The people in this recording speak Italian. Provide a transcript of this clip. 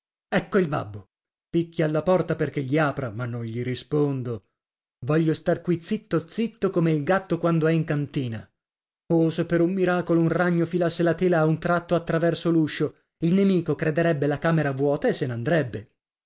ecco il babbo picchia alla porta perché gli apra ma non gli rispondo voglio star qui zitto zitto come il gatto quando è in cantina oh se per un miracolo un ragno filasse la tela a un tratto a traverso l'uscio il nemico crederebbe la camera vuota e se n'andrebbe